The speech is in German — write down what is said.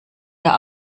der